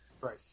Right